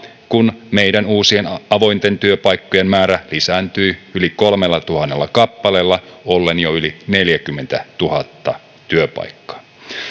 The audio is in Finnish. kun meidän uusien avointen työpaikkojen määrä lisääntyi yli kolmellatuhannella kappaleella ollen jo yli neljäkymmentätuhatta työpaikkaa